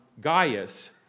Gaius